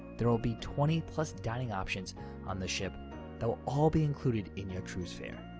there will be twenty plus dining options on the ship that will all be included in your cruise fare.